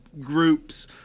groups